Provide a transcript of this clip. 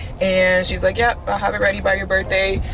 and she's like, yep. i have it ready by your birthday.